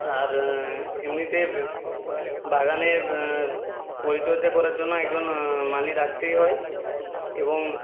আর এমনিতে বাগানের পরিচর্যা করার জন্য একজন মালি রাখতেই হয় এবং